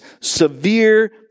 severe